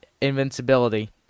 invincibility